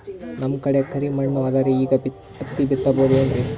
ನಮ್ ಕಡೆ ಕರಿ ಮಣ್ಣು ಅದರಿ, ಈಗ ಹತ್ತಿ ಬಿತ್ತಬಹುದು ಏನ್ರೀ?